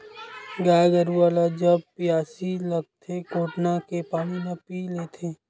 गाय गरुवा ल जब पियास लागथे कोटना के पानी ल पीय लेथे